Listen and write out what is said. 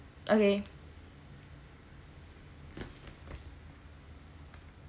okay